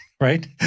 right